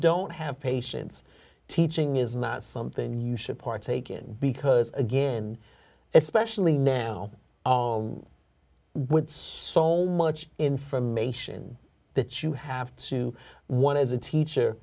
don't have patience teaching is not something you should partake in because again especially now of what's so much information that you have to want as a teacher